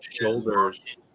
Shoulders